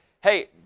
hey